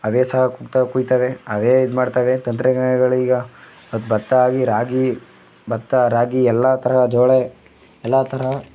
ಅವೇ ಸಹ ಕುಯ್ತವೆ ಅವೇ ಇದು ಮಾಡ್ತವೆ ತಂತ್ರಜ್ಞಾನಗಳೇ ಈಗ ಭತ್ತ ರಾಗಿ ಭತ್ತ ರಾಗಿ ಎಲ್ಲ ಥರ ಜೋಳ ಎಲ್ಲ ತರಹ